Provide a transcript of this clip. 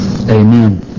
Amen